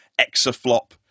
exaflop